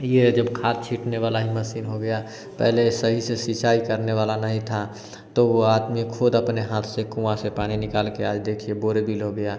यह जो खाद छींटने वाला ही मशीन हो गया पहले सही से सिंचाई करने वाला नहीं था तो वह आदमी खुद अपने हाथ से कुँए से पानी निकालकर आज देखिए बोरेबिल हो गया